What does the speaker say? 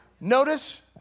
Notice